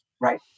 right